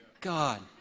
God